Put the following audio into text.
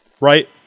right